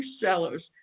sellers